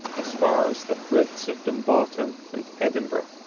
as far as the friths of dumbarton and edinburgh.